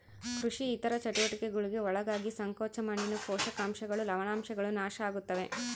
ಕೃಷಿ ಇತರ ಚಟುವಟಿಕೆಗುಳ್ಗೆ ಒಳಗಾಗಿ ಸಂಕೋಚ ಮಣ್ಣಿನ ಪೋಷಕಾಂಶಗಳು ಲವಣಾಂಶಗಳು ನಾಶ ಆಗುತ್ತವೆ